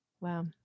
Wow